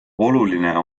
oluline